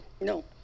no